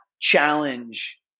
challenge